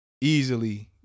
easily